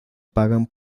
pagan